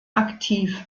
aktiv